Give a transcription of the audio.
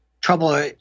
trouble